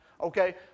Okay